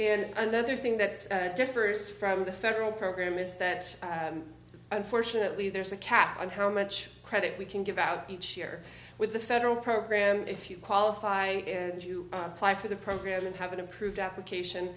the other thing that differs from the federal program is that unfortunately there's a cap on how much credit we can give out each year with a federal program if you qualify and you apply for the program and have an improved application